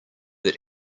that